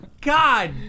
God